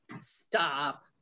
Stop